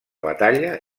batalla